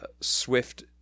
Swift